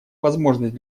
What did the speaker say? возможность